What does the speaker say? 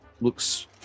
Looks